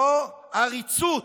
זו עריצות.